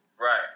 right